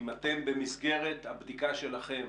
אם אתם במסגרת הבדיקה שלכם,